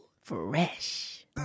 Fresh